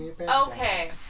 Okay